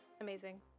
Amazing